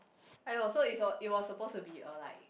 !aiyo! so it's was it was supposed to be a like